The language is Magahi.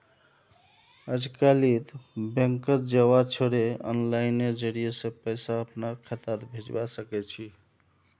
अजकालित बैंकत जबा छोरे आनलाइनेर जरिय स पैसा अपनार खातात भेजवा सके छी